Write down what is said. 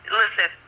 listen